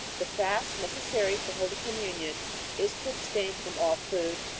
the fast necessary for holy communion is to abstain from all food,